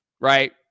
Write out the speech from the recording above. Right